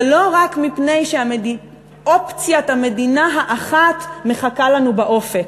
ולא רק מפני שאופציית המדינה האחת מחכה לנו באופק.